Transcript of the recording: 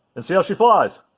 and see how she flies.